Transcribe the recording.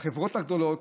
בחברות הגדולות,